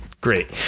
great